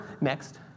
Next